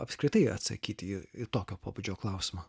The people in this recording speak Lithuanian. apskritai atsakyti į tokio pobūdžio klausimą